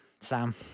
Sam